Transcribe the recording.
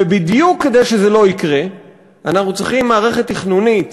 ובדיוק כדי שזה לא יקרה אנחנו צריכים מערכת תכנונית